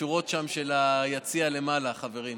בשורות שם של היציע למעלה, חברים.